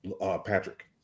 Patrick